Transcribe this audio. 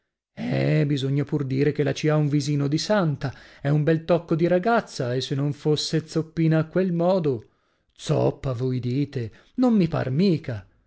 eh bisogna pur dire che la ci ha un visino di santa è un bel tocco di ragazza e se non fosse zoppina a quel modo zoppa voi dite non mi par mica